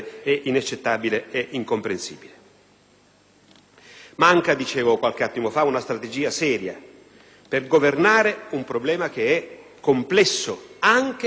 Manca - dicevo qualche attimo fa - una strategia seria per governare un problema che è complesso anche sul terreno dell'immigrazione.